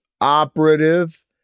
operative